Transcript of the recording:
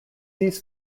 these